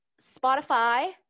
Spotify